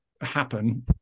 happen